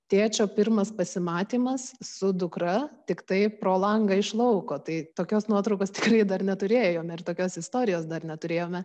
tėčio pirmas pasimatymas su dukra tiktai pro langą iš lauko tai tokios nuotraukos tikrai dar neturėjome ir tokios istorijos dar neturėjome